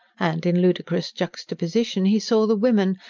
and, in ludicrous juxtaposition, he saw the women,